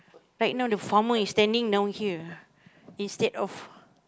right now the farmer is standing down here instead of